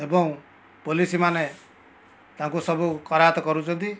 ଏବଂ ପୋଲିସ୍ମାନେ ତାଙ୍କୁ ସବୁ କରାୟତ କରୁଛନ୍ତି